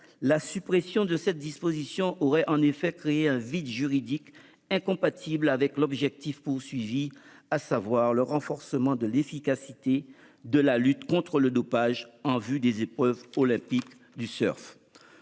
La suppression de cette disposition aurait en effet créé un vide juridique incompatible avec l'objectif visé, à savoir le renforcement de l'efficacité de la lutte contre le dopage en vue des épreuves olympiques de surf.